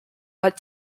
led